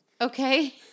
Okay